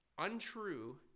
untrue